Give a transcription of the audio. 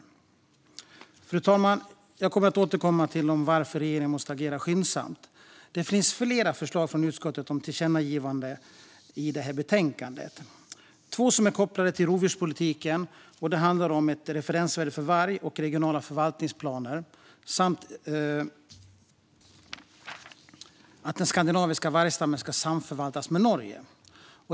Jag kommer att återkomma till varför regeringen måste agera skyndsamt, fru talman. Det finns flera förslag från utskottet om tillkännagivanden i det här betänkandet. Två är kopplade till rovdjurspolitiken. Det handlar om ett referensvärde för varg och regionala förvaltningsplaner samt att den skandinaviska vargstammen ska samförvaltas med Norge.